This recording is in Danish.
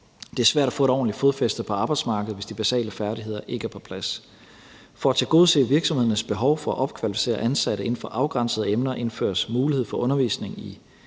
Det er svært at få et ordentligt fodfæste på arbejdsmarkedet, hvis de basale færdigheder ikke er på plads. For at tilgodese virksomhedernes behov for at opkvalificere ansatte inden for afgrænsede emner indføres mulighed for undervisning i